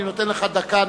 אני נותן לך דקה נוספת.